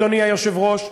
אדוני היושב-ראש,